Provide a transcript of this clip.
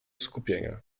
skupienia